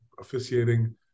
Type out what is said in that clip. officiating